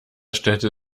stellte